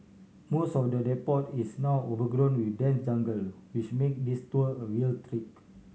most of the depot is now overgrown with dense jungle which make this tour a real trek